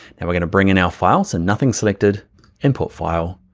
and we're gonna bring in our files and nothing selected import file,